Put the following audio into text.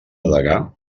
degà